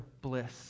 bliss